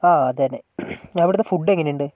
ആ അത് തന്നെ അവിടുത്തെ ഫുഡ് എങ്ങനെ ഉണ്ട്